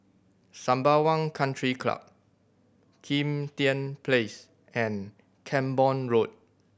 Sembawang Country Club Kim Tian Place and Camborne Road